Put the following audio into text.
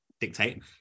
dictate